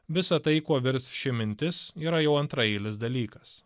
visa tai kuo virs ši mintis yra jau antraeilis dalykas